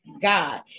God